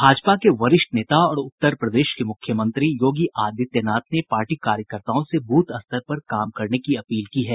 भाजपा के वरिष्ठ नेता और उत्तर प्रदेश के मुख्यमंत्री योगी आदित्यनाथ ने पार्टी कार्यकर्ताओं से बूथ स्तर पर काम करने की अपील की है